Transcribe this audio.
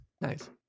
Nice